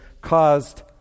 caused